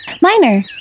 Minor